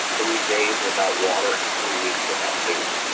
three days without water and three weeks without food.